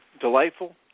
Delightful